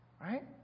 right